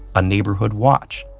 a neighborhood watch,